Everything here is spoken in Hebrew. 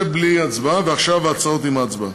זה בלי הצבעה, ועכשיו הודעות עם הצבעה.